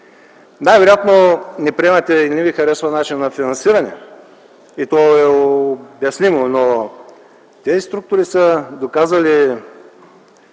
Най-вероятно не приемате и не ви харесва начина на финансиране. Това е обяснимо. Тези структури са доказали,